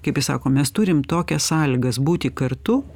kaip jis sako mes turim tokias sąlygas būti kartu